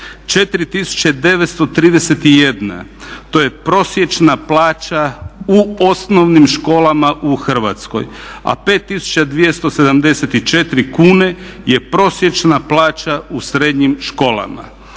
4931, to je prosječna plaća u osnovnim školama u Hrvatskoj a 5274 kune je prosječna plaća u srednjim školama.